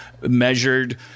Measured